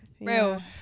Real